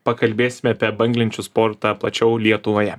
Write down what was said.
pakalbėsime apie banglenčių sportą plačiau lietuvoje